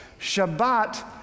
Shabbat